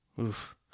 Oof